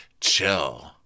chill